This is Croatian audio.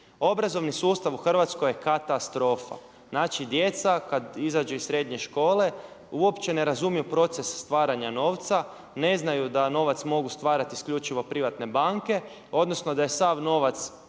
Obrazovani sustav u Hrvatskoj je katastrofa. Znači djeca kada izađu iz srednje škole uopće ne razumiju proces stvaranja novca, ne znaju da novac mogu stvarati isključivo privatne banke, odnosno da je sav novac